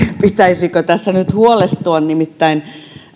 pitäisikö tässä nyt huolestua nimittäin